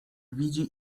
widzi